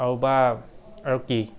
আৰু বা আৰু কি